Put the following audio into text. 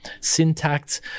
Syntax